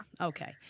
Okay